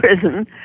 prison